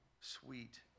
sweet